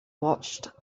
watched